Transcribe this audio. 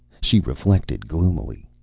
she reflected gloomily.